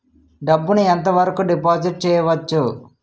డబ్బు ను ఎంత వరకు డిపాజిట్ చేయవచ్చు?